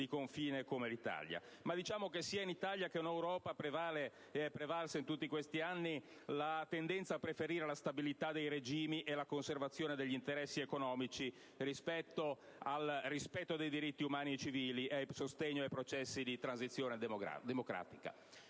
confine come l'Italia. Ma diciamo che sia in Italia che in Europa prevale ed è prevalsa in tutti questi anni la tendenza a preferire la stabilità dei regimi e la conservazione degli interessi economici al rispetto dei diritti umani e civili ed al sostegno dei processi di transizione democratica.